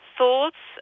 thoughts